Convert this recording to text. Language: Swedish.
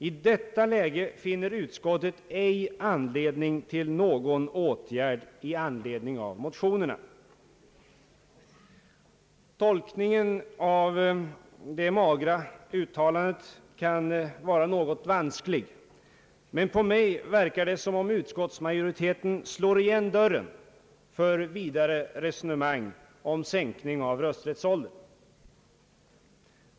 I detta läge finner utskottet ej anledning till någon åtgärd i anledning av motionerna.» Tolkningen av detta magra uttalande kan vara något vansklig. Men på mig verkar det som om utskottsmajoriteten slår igen dörren för vidare resonemang om sänkning av rösträttsåldern.